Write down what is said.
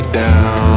down